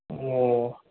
ꯑꯣꯍ